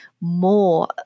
more